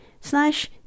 slash